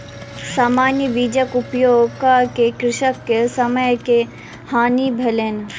सामान्य बीजक उपयोग कअ के कृषक के समय के हानि भेलैन